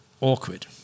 awkward